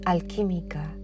Alquímica